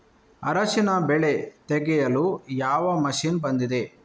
ಅರಿಶಿನ ಬೆಳೆ ತೆಗೆಯಲು ಯಾವ ಮಷೀನ್ ಬಂದಿದೆ?